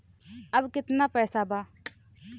अब कितना पैसा बा?